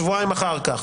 שבועיים אחר כך.